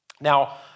Now